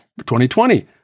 2020